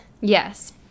Yes